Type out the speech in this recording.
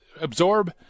absorb